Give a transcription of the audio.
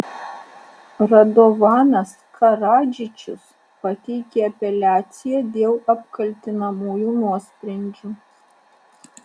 radovanas karadžičius pateikė apeliaciją dėl apkaltinamųjų nuosprendžių